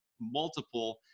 multiple